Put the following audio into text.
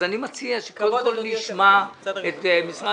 אז אני מציע שקודם כול נשמע את משרד